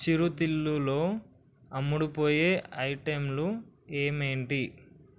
చిరుతిళ్ళులో అమ్ముడుపోయే ఐటెంలు ఏమేంటి